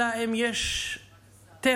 אלא אם יש טבח